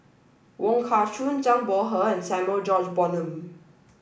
Wong Kah Chun Zhang Bohe and Samuel George Bonham